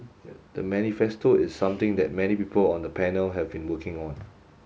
the manifesto is something that many people on the panel have been working on